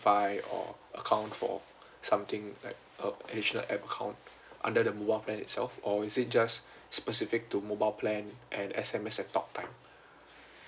or account for something like a additional app account under the mobile plan itself or is it just specific to mobile plan and S_M_S and talk time